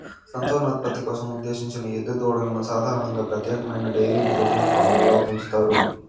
సంతానోత్పత్తి కోసం ఉద్దేశించిన ఎద్దు దూడలను సాధారణంగా ప్రత్యేకమైన డెయిరీ బ్రీడింగ్ ఫామ్లలో పెంచుతారు